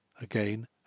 again